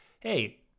hey